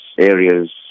areas